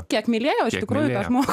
kiek mylėjo iš tikrųjų tą žmogų